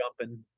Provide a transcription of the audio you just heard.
jumping